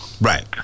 Right